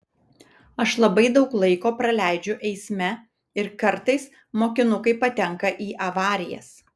aš labai daug laiko praleidžiu eisme ir kartais mokinukai patenka į avarijas